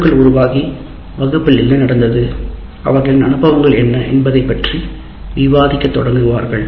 குழுக்கள் உருவாகி வகுப்பில் என்ன நடந்தது அவர்களின் அனுபவங்கள் என்ன என்பதைப் பற்றி விவாதிக்கத் தொடங்குவார்கள்